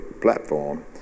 platform